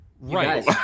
right